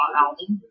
album